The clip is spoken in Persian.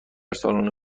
سالن